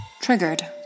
Triggered